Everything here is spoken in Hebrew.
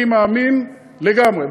אני מאמין לגמרי,